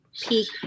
peak